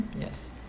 Yes